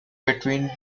between